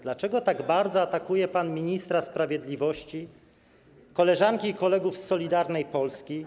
Dlaczego tak bardzo atakuje pan ministra sprawiedliwości, koleżanki i kolegów z Solidarnej Polski?